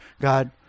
God